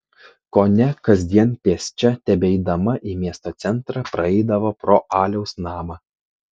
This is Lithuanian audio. kone kasdien pėsčia tebeidama į miesto centrą praeidavo pro aliaus namą